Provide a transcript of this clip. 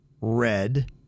red